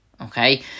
okay